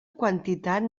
quantitat